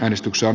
äänestyksen